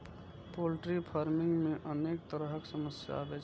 poultry farming मे अनेक तरहक समस्या आबै छै